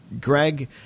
Greg